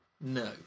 No